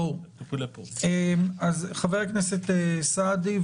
חבר הכנסת סעדי,